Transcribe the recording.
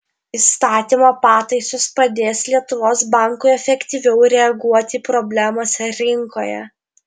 įstatymo pataisos padės lietuvos bankui efektyviau reaguoti į problemas rinkoje